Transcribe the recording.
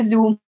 Zoom